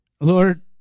Lord